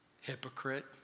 hypocrite